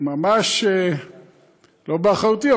לא באחריותי,